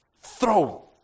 throw